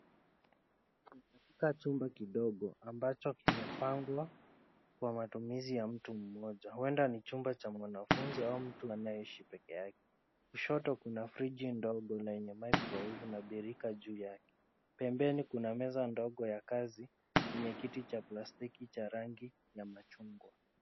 Katika chumba kidogo ambacho kimepangwa kwa matumizi ya mtu mmoja. Huenda ni chumba cha mwanafunzi au mtu anayeishi peke yake. Kushoto kuna friji ndogo na ina microwave na birika juu yake. Pembeni kuna meza ndogo ya kazi yenye kiti cha plastiki cha rangi ya machungwa.